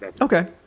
Okay